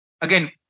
again